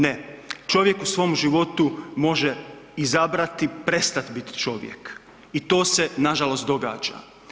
Ne, čovjek u svom životu može izabrati prestat bit čovjek i to se nažalost događa.